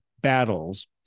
battles